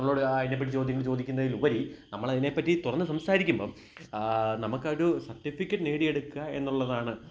നമ്മളോട് ആ ഇതിനെപ്പറ്റി ചോദ്യങ്ങൾ ചോദിക്കുന്നതിനുപരി നമ്മളതിനെപ്പറ്റി തുറന്നു സംസാരിക്കുമ്പോള് നമക്കൊരു സർട്ടിഫിക്കറ്റ് നേടിയെടുക്കുക എന്നുള്ളതാണ്